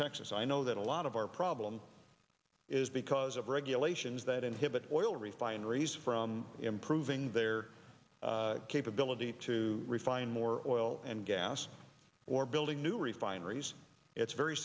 texas i know that a lot of our problem is because of regulations that inhibit oil refineries from improving their capability to refine more oil and gas or building new refineries it's very